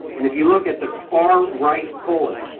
and if you look at the far right bullet,